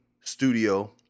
studio